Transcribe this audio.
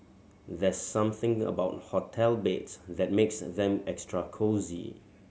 there's something about hotel beds that makes them extra cosy